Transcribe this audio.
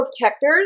protectors